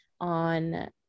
on